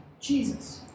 Jesus